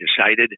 decided